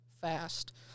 fast